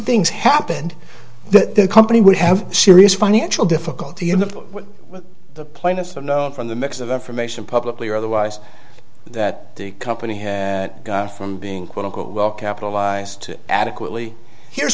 things happened the company would have serious financial difficulty in the plainest unknown from the mix of information publicly or otherwise that the company had from being quote unquote well capitalized to adequately here's